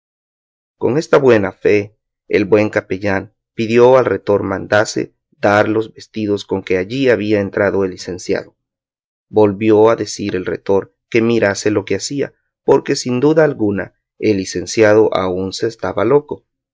con esta buena fee el buen capellán pidió al retor mandase dar los vestidos con que allí había entrado el licenciado volvió a decir el retor que mirase lo que hacía porque sin duda alguna el licenciado aún se estaba loco